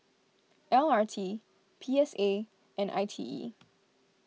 L R T P S A and I T E